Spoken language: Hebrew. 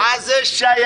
מה זה שייך.